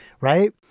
right